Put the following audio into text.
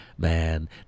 man